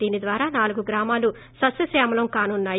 దీని ద్వారా నాలుగు గ్రామాలు సస్యశ్యామలం కానున్నాయి